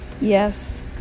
yes